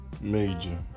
Major